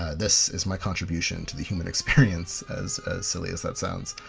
ah this is my contribution to the human experience as silly as that sounds.